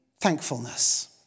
thankfulness